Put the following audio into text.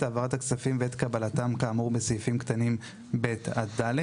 העברת הכספים ואת קבלתם כאמור בסעיפים קטנים (ב) עד (ד)